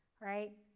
right